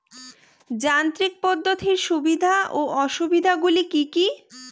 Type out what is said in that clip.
যান্ত্রিক পদ্ধতির সুবিধা ও অসুবিধা গুলি কি কি?